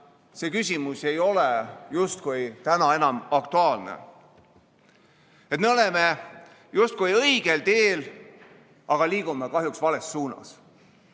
see küsimus ei ole justkui täna enam aktuaalne. Me oleme justkui õigel teel, aga liigume kahjuks vales suunas.